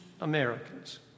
Americans